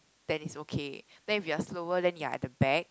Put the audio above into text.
then is okay then if you are slower then you are at the back